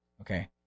Okay